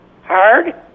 Hard